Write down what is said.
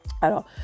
Alors